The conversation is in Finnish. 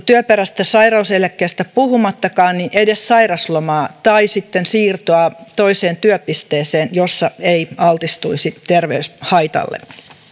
työperäisestä sairauseläkkeestä puhumattakaan edes sairauslomaa tai sitten siirtoa toiseen työpisteeseen jossa ei altistuisi terveyshaitalle